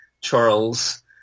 Charles